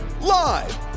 Live